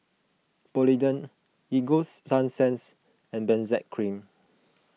Polident Ego Sunsense and Benzac Cream